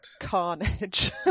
carnage